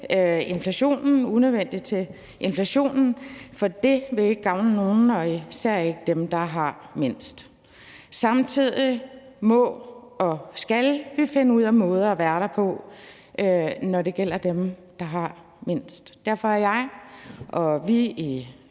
inflationen. For det vil ikke gavne nogen og især ikke dem, der har mindst. Samtidig må og skal vi finde ud af måder at være der på, når det gælder dem, der har mindst. Derfor er jeg og vi i